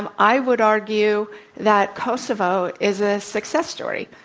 um i would argue that kosovo is a success story.